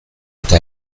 eta